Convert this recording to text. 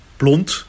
blond